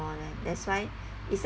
then that's why it's